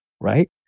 right